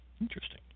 Interesting